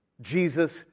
Jesus